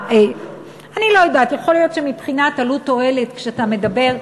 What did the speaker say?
יכול להיות שמבחינת עלות תועלת, כשאתה מדבר,